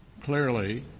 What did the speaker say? Clearly